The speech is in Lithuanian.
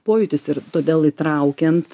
pojūtis ir todėl įtraukiant